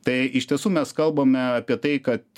tai iš tiesų mes kalbame apie tai kad